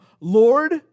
Lord